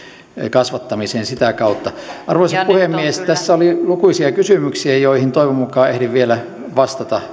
kasvattamiseen sitä kautta arvoisa puhemies tässä oli lukuisia kysymyksiä joihin toivon mukaan ehdin vielä vastata